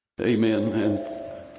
Amen